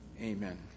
Amen